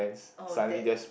oh that